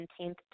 17th